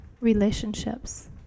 relationships